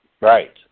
Right